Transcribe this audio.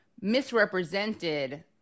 misrepresented